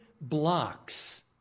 blocks